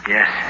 Yes